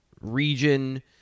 region